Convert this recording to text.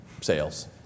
sales